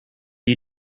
you